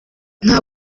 nta